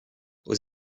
aux